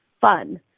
fun